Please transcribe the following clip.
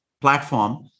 platform